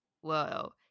whoa